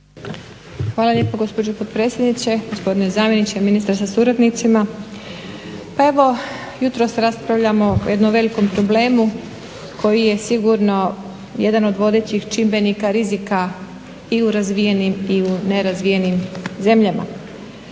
Hvala lijepo gospođo potpredsjednice, gospodine zamjeniče ministra sa suradnicima. Pa evo jutros raspravljamo o jednom velikom problemu koji je sigurno jedan od vodećih čimbenika rizika i u razvijenim i u nerazvijenim zemljama.